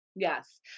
Yes